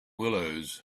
willows